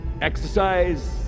exercise